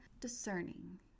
discerning